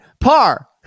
par